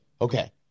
okay